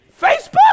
Facebook